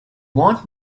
want